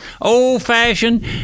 old-fashioned